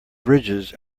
bridges